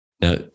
Now